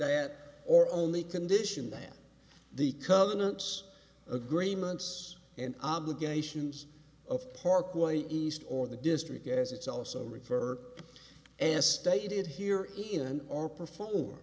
that or only condition that the covenants agreements and obligations of parkway east or the district as it's also referred and stated here in our perform